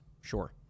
Sure